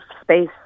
space